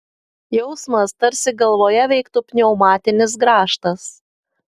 jausmas tarsi galvoje veiktų pneumatinis grąžtas